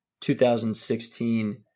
2016